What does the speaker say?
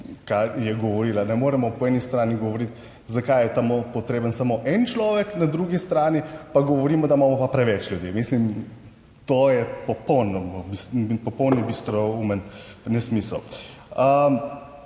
kar je govorila. Ne moremo po eni strani govoriti, zakaj je tam potreben samo en človek, na drugi strani pa govorimo, da imamo pa preveč ljudi. Mislim, to je popolnoma, popolno bistroumen nesmisel.